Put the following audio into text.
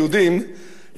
שלא כמו אצל הסורים,